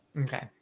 Okay